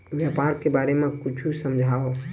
व्यापार के बारे म कुछु समझाव?